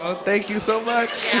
ah thank you so but